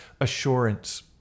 assurance